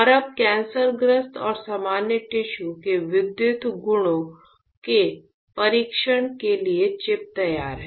और अब कैंसरग्रस्त और सामान्य टिश्यू के विद्युत गुणों के परीक्षण के लिए चिप तैयार हैं